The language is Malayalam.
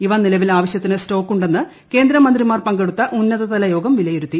ഇവ നിലവിൽ ആവശ്യത്തിന് സ്റ്റോക്ക് ഉണ്ടെന്ന് കേന്ദ്രമന്ത്രിമാർ പങ്കെടുത്ത ഉന്നതതലയോഗം വിലയിരുത്തി